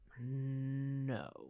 No